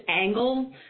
angle